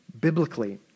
biblically